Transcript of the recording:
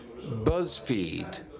BuzzFeed